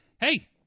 hey